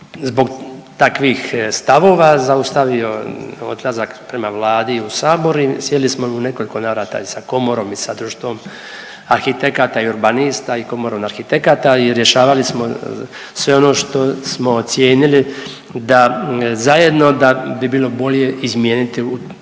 zbog takvih stavova zaustavio odlazak prema Vladi i u sabor i sjeli smo u nekoliko navrata i sa komorom i sa društvom arhitekata i urbanista i komorom arhitekata i rješavali smo sve ono što smo ocijenili zajedno da bi bilo bolje izmijeniti u